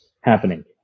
happening